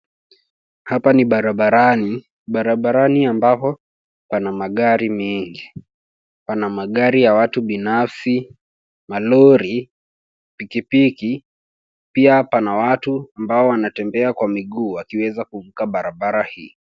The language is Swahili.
Hapa ni barabarani, barabarani ambapo pana magari mengi. Pana magari ya watu binafsi, malori, pikipiki na pia watu ambao wanatembea kwa miguu wakiweza kuvuka barabara hii.